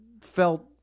felt